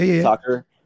soccer